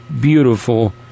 beautiful